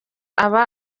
aba